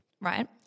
Right